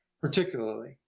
particularly